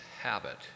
habit